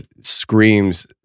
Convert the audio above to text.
screams